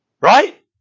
Right